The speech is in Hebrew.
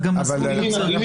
קריב)